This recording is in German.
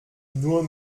nur